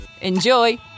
Enjoy